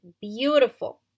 beautiful